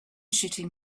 shooting